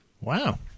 Wow